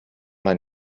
man